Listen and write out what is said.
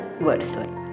wordsworth